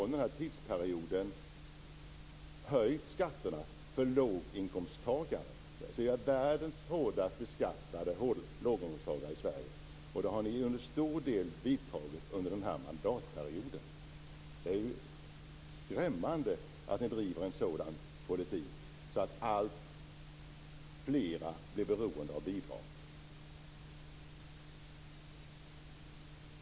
Under denna tidsperiod har ni höjt skatterna för låginkomsttagare. Vi har världens hårdast beskattade låginkomsttagare i Sverige, och det har ni till stor del genomfört under den här mandatperioden. Det är ju skrämmande att ni driver en sådan politik att alltfler blir beroende av bidrag.